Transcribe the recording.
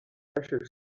pressure